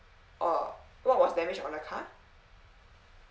orh what was damage on the car